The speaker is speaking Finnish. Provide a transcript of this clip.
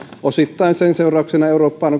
osittain sen seurauksena eurooppaa